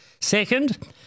Second